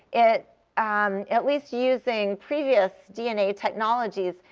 at um at least using previous dna technologies,